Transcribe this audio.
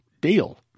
deal